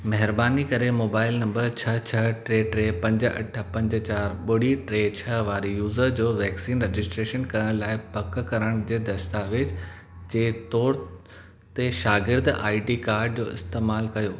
महिरबानी करे मोबाइल नंबरु छह छह टे टे पंज अठ पंज चार ॿुड़ी टे छह वारे यूज़र जो वैक्सीन रजिस्ट्रेशनु करणु लाइ पकि करण जे दस्तावेज़ु जे तौरु ते शागिर्दु आई डी कार्डु जो इस्तेमालु कयो